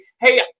hey